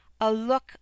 a-look